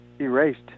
erased